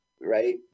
right